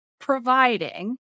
providing